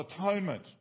Atonement